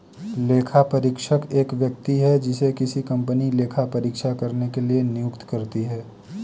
लेखापरीक्षक एक व्यक्ति है जिसे किसी कंपनी लेखा परीक्षा करने के लिए नियुक्त करती है